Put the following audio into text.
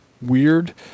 weird